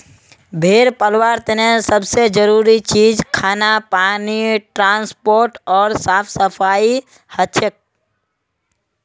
भेड़ पलवार तने सब से जरूरी चीज खाना पानी ट्रांसपोर्ट ओर साफ सफाई हछेक